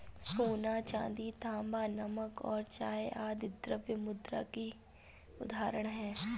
सोना, चांदी, तांबा, नमक और चाय आदि द्रव्य मुद्रा की उदाहरण हैं